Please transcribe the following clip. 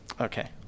Okay